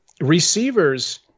receivers